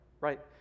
right